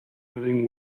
living